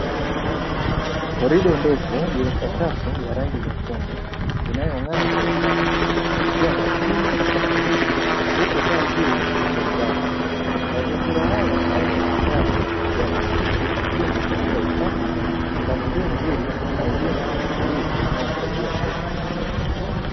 Korido ndefu yenye sakafu ya rangi nyekundu inayo ng’aa kwa usafi ikiwa na ukimya na utulivu, huku taa ya juu ikiangaza. Mazingira haya ndani ya hospitali yana akisi umakini katika usafi, mpangilio mzuri na huduma ya utulivu inayo msaidia mgonjwa.